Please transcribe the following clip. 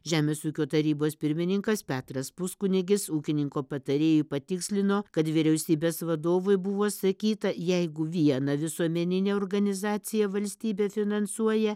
žemės ūkio tarybos pirmininkas petras puskunigis ūkininko patarėjui patikslino kad vyriausybės vadovui buvo sakyta jeigu vieną visuomeninę organizaciją valstybė finansuoja